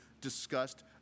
discussed